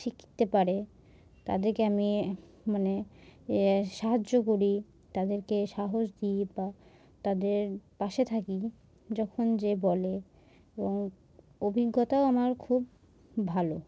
শিখতে পারে তাদেরকে আমি মানে সাহায্য করি তাদেরকে সাহস দিই বা তাদের পাশে থাকি যখন যে বলে এবং অভিজ্ঞতাও আমার খুব ভালো